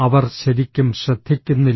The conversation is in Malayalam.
അവർ ശരിക്കും ശ്രദ്ധിക്കുന്നില്ല